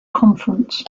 conference